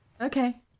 Okay